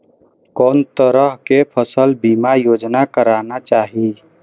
कोन तरह के फसल बीमा योजना कराना चाही?